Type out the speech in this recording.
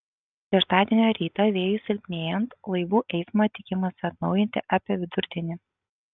šeštadienio rytą vėjui silpnėjant laivų eismą tikimasi atnaujinti apie vidurdienį